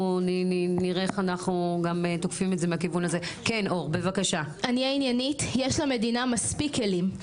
אנחנו נפנה גם לפרקליט המדינה לחדד את הנהלים,